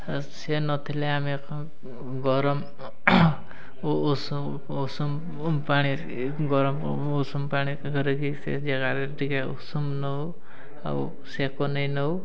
ଆଉ ସେ ନଥିଲେ ଆମେ ଗରମ ଉଷୁମ ପାଣି ଗରମ ଉଷୁମ ପାଣି କରିକି ସେ ଜାଗାରେ ଟିକେ ଉଷୁମ ନଉ ଆଉ ସେକ ନେଇଁ ନଉ